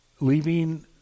leaving